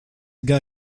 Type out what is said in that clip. gars